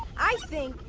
i think.